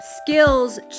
skills